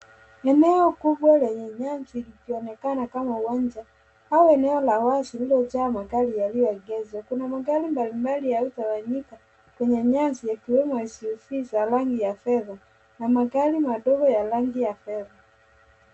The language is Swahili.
Eneo kubwa lenye nyasi ikionekana kama uwanja au eneo la wazi lililojaa magari yaliyoegeshwa . Kuna magari mbalimbali yaliyotawanyika kwenye nyasi yakiwemo SUV za rangi ya fedha na magari madogo ya rangi ya fedha.